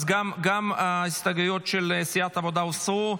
אז גם ההסתייגויות של סיעת העבודה הוסרו.